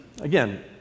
again